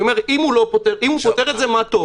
אם הוא פותר את זה, מה טוב.